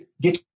get